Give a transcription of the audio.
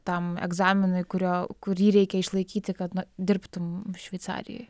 tam egzaminui kurio kurį reikia išlaikyti kad na dirbtum šveicarijoj